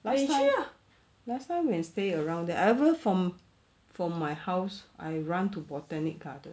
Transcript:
last time last time when stay around there I ever from from my house I run to botanic garden